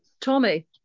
Tommy